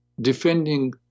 defending